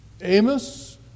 Amos